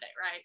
right